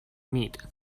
meat